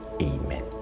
Amen